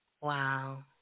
Wow